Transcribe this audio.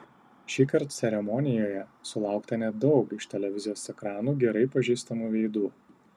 šįkart ceremonijoje sulaukta nedaug iš televizijos ekranų gerai pažįstamų veidų